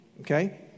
okay